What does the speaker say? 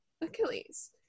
Achilles